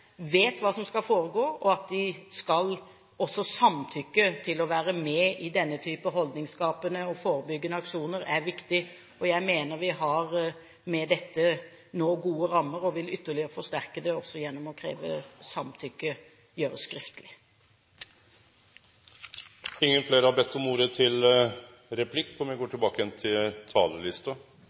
skal samtykke til å være med i denne type holdningsskapende og forebyggende aksjoner, er viktig. Jeg mener at vi med dette nå har gode rammer, og vi vil ytterligere forsterke dem gjennom også å kreve at samtykket gjøres skriftlig. Replikkordskiftet er slutt. Dei talarane som heretter får ordet, har ei taletid på inntil 3 minutt. Mye går